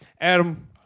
Adam